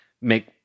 make